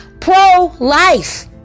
pro-life